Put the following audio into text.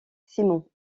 simon